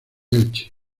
elche